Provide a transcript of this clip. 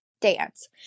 dance